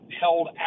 held